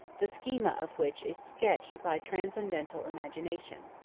the schema of which is sketched by transcendental imagination.